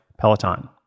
Peloton